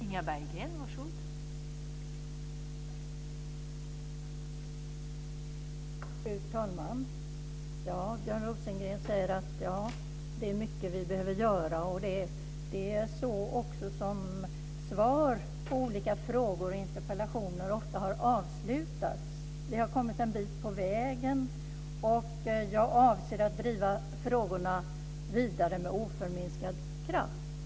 Fru talman! Björn Rosengren säger att det är mycket som vi behöver göra. Det är också så som svar på olika frågor och interpellationer ofta har avslutats, att man har kommit en bit på väg och avser att driva frågorna vidare med oförminskad kraft.